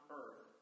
earth